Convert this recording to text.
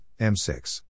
M6